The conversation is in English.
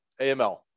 AML